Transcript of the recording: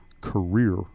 career